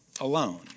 alone